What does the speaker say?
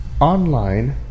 online